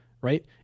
Right